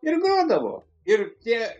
ir grodavo ir tie